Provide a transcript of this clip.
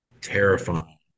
terrifying